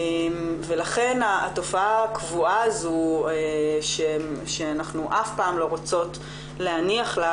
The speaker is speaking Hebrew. לכן התופעה הקבועה הזאת שאנחנו אף פעם לא רוצות להניח לה,